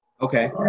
Okay